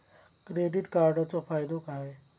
Credit कार्डाचो फायदो काय?